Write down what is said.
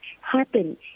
happen